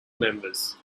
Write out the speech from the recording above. members